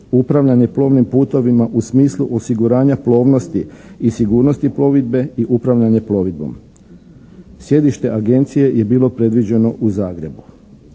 upravljanje plovnim putovima u smislu osiguranja plovnosti i sigurnosti plovidbe i upravljanje plovidbom. Sjedište Agencije je bilo predviđeno u Zagrebu.